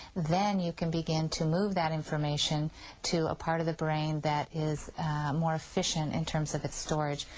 then you can begin to move that information to a part of the brain that is more efficient in terms of its storage,